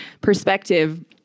perspective